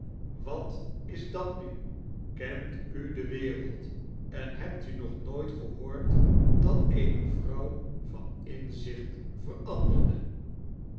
wat is dat nu kent u de wereld en hebt u nog nooit gehoord dat eene vrouw van inzicht veranderde